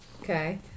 Okay